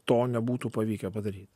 to nebūtų pavykę padary